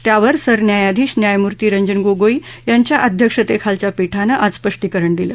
त्यावर सरन्यायाधीश न्यायमुर्ती रंजन गोगोई यांच्या अध्यक्षतेखालच्या पीठानं आज स्पष्टीकरण दिलं